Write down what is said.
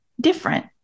different